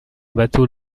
bateau